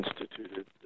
instituted